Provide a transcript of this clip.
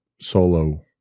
solo